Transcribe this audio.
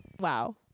Wow